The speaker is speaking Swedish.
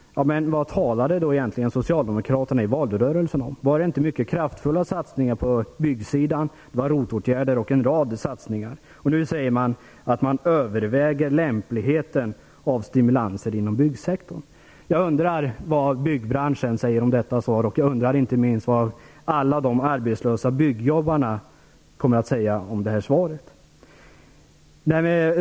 Men vad talade egentligen socialdemokraterna om i valrörelsen? Skulle det inte göras mycket kraftfulla satsningar på byggsidan? Var det inte ROT-åtgärder och en rad andra satsningar? Men nu säger man att man överväger lämpligheten av stimulanser inom byggsektorn. Jag undrar vad byggbranschen säger om detta svar. Jag undrar inte minst vad alla de arbetslösa byggjobbarna kommer att säga om detta svar.